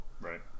Right